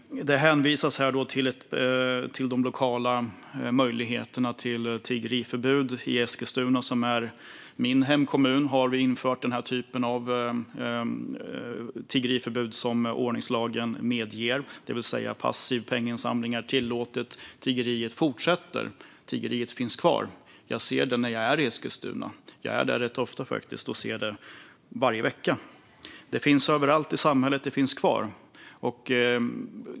Det hänvisas här till de lokala möjligheterna till tiggeriförbud. I Eskilstuna, som är min hemkommun, har vi infört den typ av tiggeriförbud som ordningslagen medger, det vill säga passiv penninginsamling är tillåten. Tiggeriet fortsätter. Tiggeriet finns kvar. Jag ser det när jag är i Eskilstuna. Jag är faktiskt där rätt ofta, och jag ser det varje vecka. Detta finns överallt i samhället. Det finns kvar.